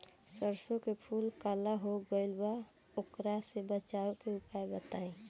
सरसों के फूल काला हो गएल बा वोकरा से बचाव के उपाय बताई?